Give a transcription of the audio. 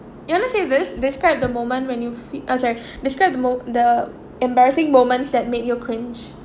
you wanna say this describe the moment when you fee~ uh sorry described the mom~ the embarrassing moments that make you cringe